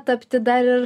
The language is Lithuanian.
tapti dar ir